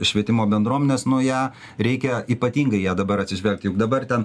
švietimo bendruomenės nu ją reikia ypatingai į ją dabar atsižvelgti juk dabar ten